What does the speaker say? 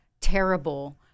terrible